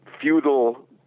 feudal